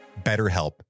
BetterHelp